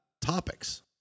topics